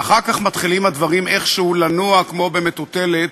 ואחר כך מתחילים הדברים איכשהו לנוע כמו במטוטלת,